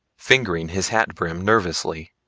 fingering his hat-brim nervously.